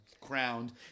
crowned